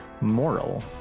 Moral